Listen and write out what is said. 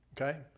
Okay